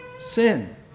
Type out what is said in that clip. sin